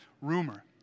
rumor